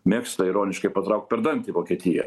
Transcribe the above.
mėgsta ironiškai patraukt per dantį vokietiją